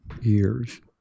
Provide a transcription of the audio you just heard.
years